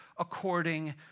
according